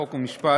חוק ומשפט,